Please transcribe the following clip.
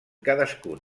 cadascun